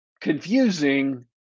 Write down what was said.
confusing